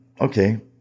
okay